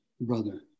brother